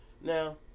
Now